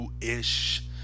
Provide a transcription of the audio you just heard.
ish